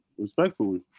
Respectfully